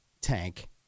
tank